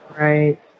Right